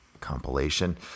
Compilation